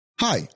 Hi